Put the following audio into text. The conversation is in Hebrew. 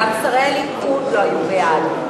גם שרי הליכוד לא היו בעד.